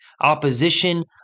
opposition